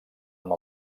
amb